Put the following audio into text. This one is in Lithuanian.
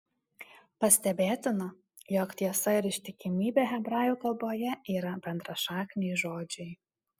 pastebėtina jog tiesa ir ištikimybė hebrajų kalboje yra bendrašakniai žodžiai